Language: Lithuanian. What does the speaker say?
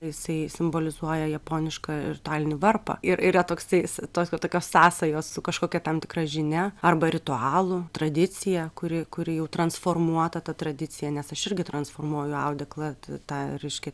jisai simbolizuoja japonišką ritualinį varpą ir yra toksai tos jau tokios sąsajos su kažkokia tam tikra žinia arba ritualų tradicija kuri kuri jau transformuota ta tradicija nes aš irgi transformuoju audeklą t tą reiškia